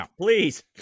please